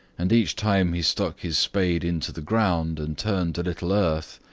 and each time he stuck his spade into the ground and turned a little earth,